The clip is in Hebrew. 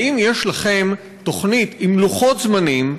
האם יש לכם תוכנית עם לוחות-זמנים,